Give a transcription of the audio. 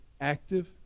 active